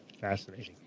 fascinating